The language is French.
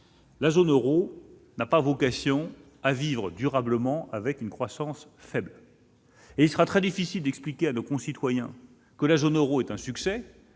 La zone euro n'a pas vocation à vivre durablement avec une croissance faible. Il sera très difficile d'expliquer à nos concitoyens qu'elle est un succès,